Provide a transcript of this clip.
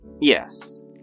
Yes